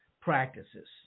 practices